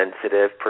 sensitive